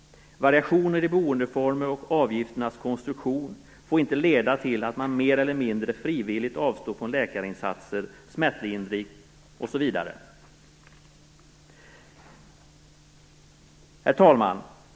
Variationer i boendeformer och avgifternas konstruktion får inte leda till att man mer eller mindre frivilligt avstår från läkarinsatser, smärtlindring osv. Herr talman!